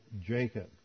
Jacob